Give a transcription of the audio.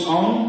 on